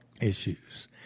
issues